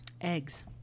Eggs